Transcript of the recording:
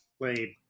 played